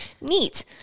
Neat